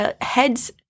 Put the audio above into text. heads